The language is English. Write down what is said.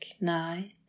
night